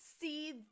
see